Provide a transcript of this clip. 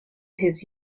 his